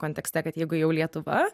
kontekste kad jeigu jau lietuva